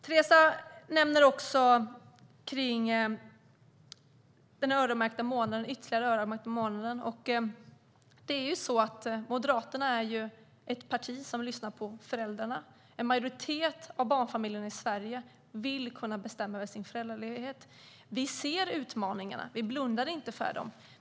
Teresa nämnde också den ytterligare öronmärkta månaden. Det är ju så att Moderaterna är ett parti som lyssnar på föräldrarna. En majoritet av barnfamiljerna i Sverige vill kunna bestämma över sin föräldraledighet. Vi ser utmaningarna. Vi blundar inte för dem.